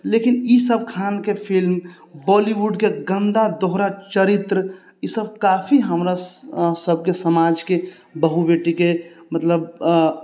लेकिन ई सब खानके फिल्म बॉलीवुडके गन्दा दोहरा चरित्र ई सब काफी हमरा सबकेँ समाजके बहु बेटीके मतलब